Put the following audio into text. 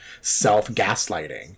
self-gaslighting